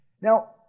Now